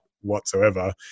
whatsoever